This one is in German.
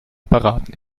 apparat